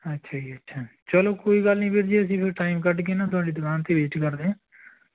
ਅੱਛਾ ਜੀ ਅੱਛਾ ਚਲੋ ਕੋਈ ਗੱਲ ਨਹੀਂ ਵੀਰ ਜੀ ਅਸੀਂ ਫਿਰ ਟਾਈਮ ਕੱਢ ਕੇ ਨਾ ਤੁਹਾਡੀ ਦੁਕਾਨ 'ਤੇ ਵਿਜ਼ਟ ਕਰਦੇ ਹਾਂ